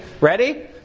Ready